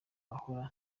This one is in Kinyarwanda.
ahora